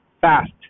fast